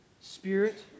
Spirit